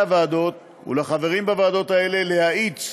הוועדות ולחברים בוועדות האלה להאיץ